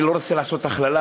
אני לא רוצה לעשות הכללה,